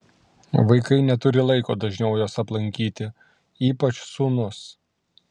vaikai neturi laiko dažniau jos aplankyti ypač sūnus